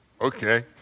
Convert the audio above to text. okay